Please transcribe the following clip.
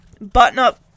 button-up